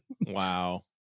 Wow